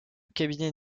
cabinet